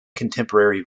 contemporary